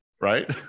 Right